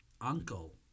uncle